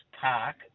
Park